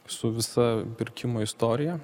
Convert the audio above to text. su visa pirkimo istorija